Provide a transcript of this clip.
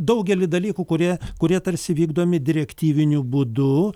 daugelį dalykų kurie kurie tarsi vykdomi direktyviniu būdu